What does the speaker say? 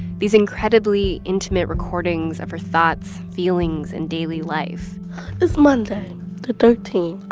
these incredibly intimate recordings of her thoughts, feelings and daily life it's monday the thirteen.